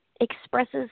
expresses